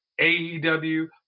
AEW